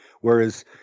whereas